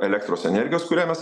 elektros energijos kurią mes